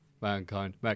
Mankind